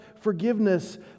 forgiveness